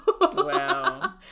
Wow